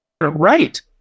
right